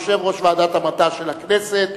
יושב-ראש ועדת המדע של הכנסת,